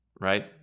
right